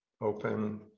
open